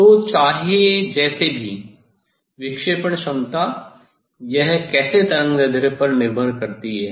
तो चाहे जैसे भी विक्षेपण क्षमता यह कैसे तरंगदैर्ध्य पर निर्भर करती है